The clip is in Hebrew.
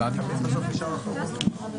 זה צמצום שלא דנו בו